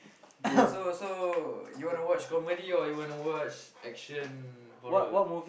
okay so so you wanna watch comedy or you wanna watch action horror